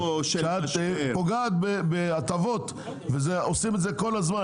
כשאת פוגעת בהטבות ועושים את זה כל הזמן,